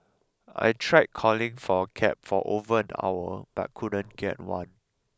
I tried calling for a cab for over an hour but couldn't get one